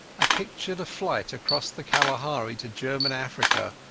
i pictured a flight across the kalahari to german africa,